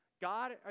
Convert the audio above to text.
God